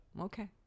Okay